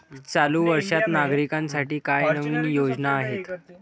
चालू वर्षात नागरिकांसाठी काय नवीन योजना आहेत?